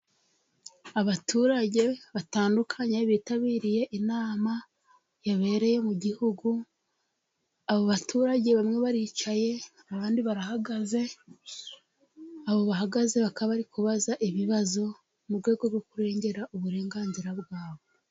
Abaturage batandukanye bitabiriye inama yabereye mu gihugu, abo baturage bamwe baricaye, abandi barahagaze, abo bahagaze bakaba bari kubaza ibibazo mu rwego rwo kurengera uburenganzira bwabo.